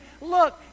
look